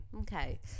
okay